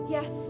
Yes